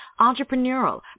entrepreneurial